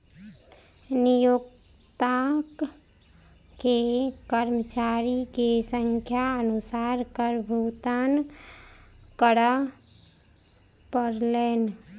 नियोक्ता के कर्मचारी के संख्या अनुसार कर भुगतान करअ पड़लैन